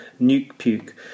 nuke-puke